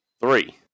Three